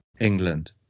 England